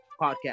Podcast